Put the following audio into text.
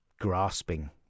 grasping